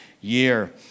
year